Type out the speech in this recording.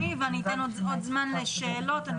אתם